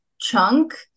chunk